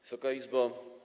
Wysoka Izbo!